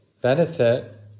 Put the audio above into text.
benefit